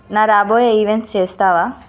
నా రాబోయే ఈవెంట్స్ చేస్తావా